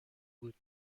بود